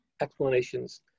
explanations